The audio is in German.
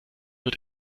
wird